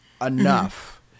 enough